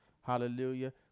hallelujah